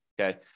okay